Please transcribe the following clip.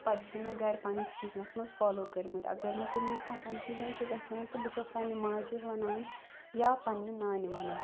پَتہٕ چھِ مےٚ گَرٕ پَنٕنِس کِچنَس مَنٛز فالوٗ کٔرمٕتۍ اگر مےٚ کُنہِ وِِزِ کانٛہہ کَنفیٛوٗجَن چھُ گَژھان بہٕ چھَس پَنٕنہِ ماجہِ وَنان یا پَنٕنہِ نانہِ وَنان